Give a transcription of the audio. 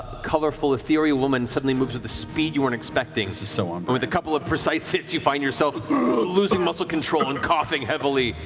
colorful, ethereal woman suddenly moves with a speed you weren't expecting and so so um but with a couple of precise hits, you find yourself losing muscle control and coughing heavily.